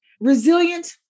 resilient